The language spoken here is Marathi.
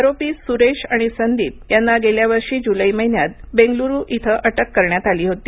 आरोपी सुरेश आणि संदीप यांना गेल्या वर्षी जुलै महिन्यात बेंगलुरु इथं अटक करण्यात आली होती